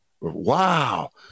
Wow